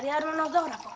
yeah know. but